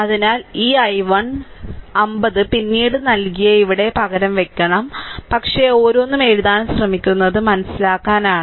അതിനാൽ ഈ i1 50 പിന്നീട് നൽകിയ ഇവിടെ പകരം വയ്ക്കണം പക്ഷേ ഓരോന്നും എഴുതാൻ ശ്രമിക്കുന്നത് മനസ്സിലാക്കാനാണ്